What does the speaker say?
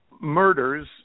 murders